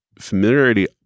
familiarity